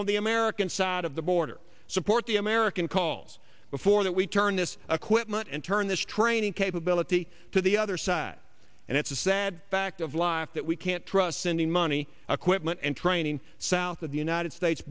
on the american side of the border support the american calls before that we turn this equipment and turn this training capability to the other side and it's a sad fact of life that we can't trust sending money equipment and training south of the united states